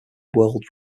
world